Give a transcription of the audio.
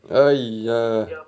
!aiya!